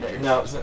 No